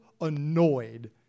annoyed